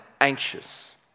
anxious